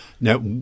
now